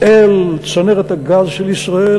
אל צנרת הגז של ישראל,